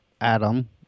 Adam